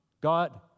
God